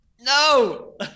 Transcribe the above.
No